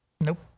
Nope